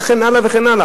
וכן הלאה.